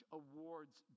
awards